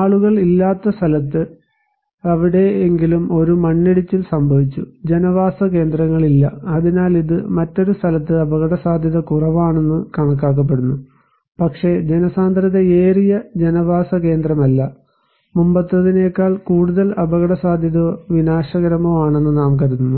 ആളുകൾ ഇല്ലാത്ത സ്ഥലത്ത് എവിടെയെങ്കിലും ഒരു മണ്ണിടിച്ചിൽ സംഭവിച്ചു ജനവാസ കേന്ദ്രങ്ങളില്ല അതിനാൽ ഇത് മറ്റൊരു സ്ഥലത്ത് അപകടസാധ്യത കുറവാണെന്ന് കണക്കാക്കപ്പെടുന്നു പക്ഷേ ജനസാന്ദ്രതയേറിയ ജനവാസ കേന്ദ്രമല്ല മുമ്പത്തേതിനേക്കാൾ കൂടുതൽ അപകടസാധ്യതയോ വിനാശകരമോ ആണെന്ന് നാം കരുതുന്നു